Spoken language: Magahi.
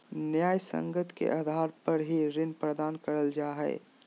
न्यायसंगत के आधार पर ही ऋण प्रदान करल जा हय